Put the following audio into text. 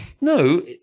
no